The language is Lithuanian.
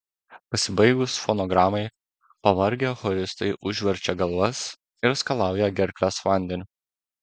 pasibaigus fonogramai pavargę choristai užverčia galvas ir skalauja gerkles vandeniu